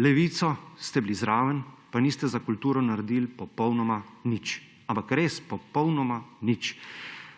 Levico, ste bili zraven, pa niste za kulturo naredili popolnoma nič. Ampak res popolnoma nič.